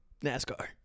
NASCAR